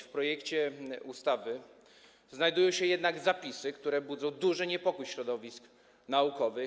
W projekcie ustawy znajdują się jednak zapisy, które budzą duży niepokój środowisk naukowych.